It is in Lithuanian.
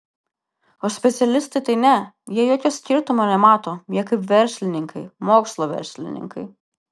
o specialistai tai ne jie jokio skirtumo nemato jie kaip verslininkai mokslo verslininkai